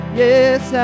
yes